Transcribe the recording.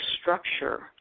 structure